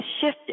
shifted